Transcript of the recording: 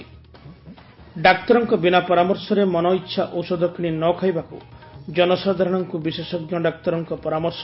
ଡାକ୍ତରଙ୍କ ବିନା ପରାମର୍ଶରେ ମନଇଛା ଔଷଧ କିଶି ନ ଖାଇବାକୁ ଜନସାଧାରଣଙ୍କୁ ବିଶେଷଙ୍କ ଡାକ୍ତରଙ୍କ ପରାମର୍ଶ